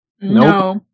No